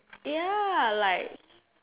ya like